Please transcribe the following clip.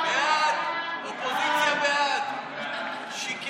ההצעה להעביר את הצעת חוק מענק סיוע